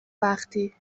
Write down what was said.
وقتی